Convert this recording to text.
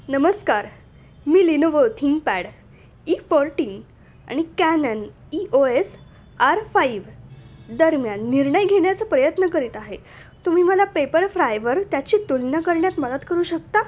नमस्कार मी Lenovo thin pad E fourteen आणि Canon E O S R five दरम्यान निर्णय घेण्याचा प्रयत्न करीत आहे तुम्ही मला पेपरफ्रायवर त्याची तुलना करण्यात मदत करू शकता